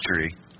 history